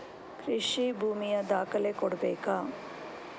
ಕೃಷಿ ಭೂಮಿಯ ದಾಖಲೆ ಕೊಡ್ಬೇಕಾ?